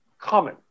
common